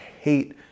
hate